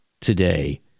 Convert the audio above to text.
today